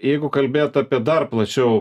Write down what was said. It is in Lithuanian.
jeigu kalbėt apie dar plačiau